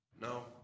No